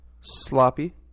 Sloppy